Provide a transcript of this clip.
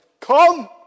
come